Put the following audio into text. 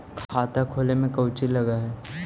खाता खोले में कौचि लग है?